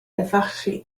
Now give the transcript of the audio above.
efallai